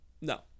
No